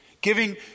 giving